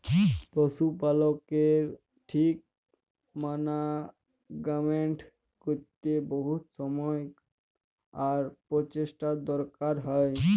পশু পালকের ঠিক মানাগমেন্ট ক্যরতে বহুত সময় আর পরচেষ্টার দরকার হ্যয়